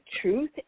truth